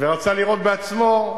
ורצה לראות בעצמו.